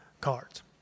cards